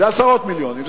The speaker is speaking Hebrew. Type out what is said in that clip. זה עשרות מיליונים.